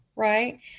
Right